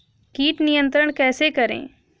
कीट नियंत्रण कैसे करें?